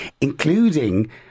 including